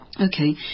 Okay